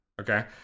okay